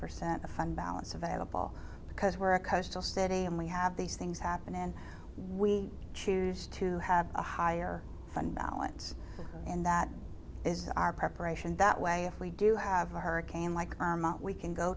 percent of fund balance available because we're a coastal city and we have these things happen and we choose to have a higher fund balance and that is our preparation that way if we do have a hurricane like we can go